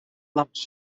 lamps